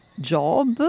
job